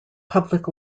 public